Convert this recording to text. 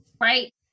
right